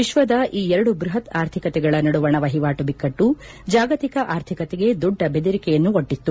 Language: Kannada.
ವಿಶ್ಲದ ಈ ಎರಡು ಬ್ಲಹತ್ ಆರ್ಥಿಕತೆಗಳ ನಡುವಣ ವಹಿವಾಟು ಬಿಕ್ಕಟ್ಸು ಜಾಗತಿಕ ಆರ್ಥಿಕತೆಗೆ ದೊಡ್ಡ ಬೆದರಿಕೆಯನ್ನು ಒಡ್ಡಿತ್ತು